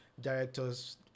directors